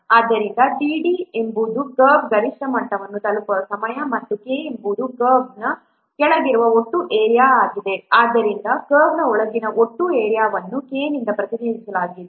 ಆದ್ದರಿಂದ td ಎಂಬುದು curve ಗರಿಷ್ಠ ಮಟ್ಟವನ್ನು ತಲುಪುವ ಸಮಯ ಮತ್ತು K ಎಂಬುದು ಕರ್ವ್ನ ಕೆಳಗಿರುವ ಒಟ್ಟು ಏರಿಯಾ ಆಗಿದೆ ಆದ್ದರಿಂದ ಕರ್ವ್ ಕೆಳಗಿನ ಒಟ್ಟು ಏರಿಯಾವನ್ನು K ನಿಂದ ಪ್ರತಿನಿಧಿಸಲಾಗುತ್ತದೆ